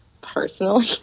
personally